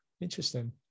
interesting